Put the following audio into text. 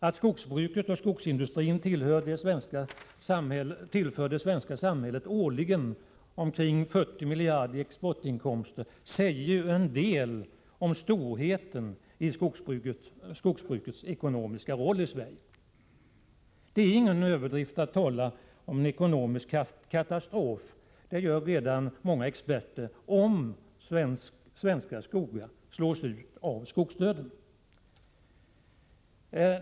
Att skogsbruket årligen tillför det svenska samhället 40 miljarder kronor i exportinkomster säger ju en del om storleken i skogsbrukets ekonomiska roll i Sverige. Det är ingen överdrift att tala om — det gör redan många experter — ekonomisk katastrof om svenska skogar slås ut av skogsdöden.